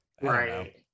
right